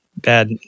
Bad